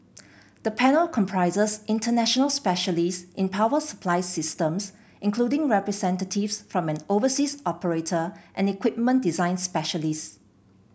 the panel comprises international specialists in power supply systems including representatives from an overseas operator and equipment design specialists